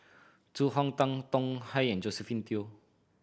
Zhu Hong Tan Tong Hye and Josephine Teo